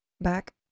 back